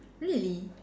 really